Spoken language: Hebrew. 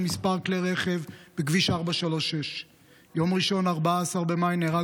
כמה כלי רכב בכביש 436. ביום ראשון 14 במאי נהרג